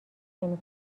نمی